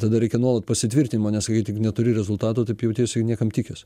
tada reikia nuolat pasitvirtinimo nes kai tik neturi rezultato taip jautiesi niekam tikęs